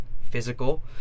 physical